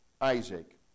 Isaac